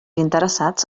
interessats